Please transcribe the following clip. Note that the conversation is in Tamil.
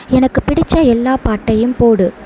எனக்கு பிடித்த எல்லா பாட்டையும் போடு